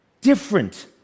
different